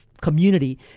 Community